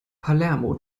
palermo